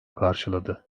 karşıladı